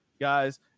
guys